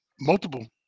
multiple